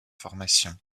formation